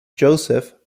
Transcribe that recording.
joseph